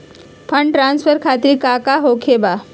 Fund transfer खातिर काका होखे का बा?